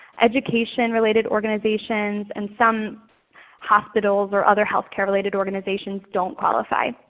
education related organizations, and some hospitals or other healthcare related organizations don't qualify.